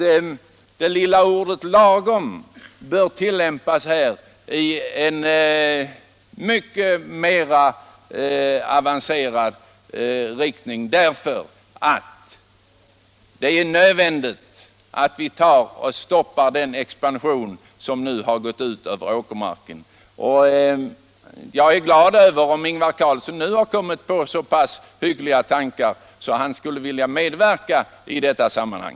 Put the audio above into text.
Det lilla ordet lagom bör här tillämpas med mycket mera respekt, eftersom det är nödvändigt att vi stoppar den expansion som nu har gått ut över åkermarken. Jag är alltså glad om herr Ingvar Carlsson nu har kommit på så pass hyggliga tankar att han skulle vilja medverka i detta sammanhang.